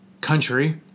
country